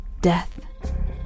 death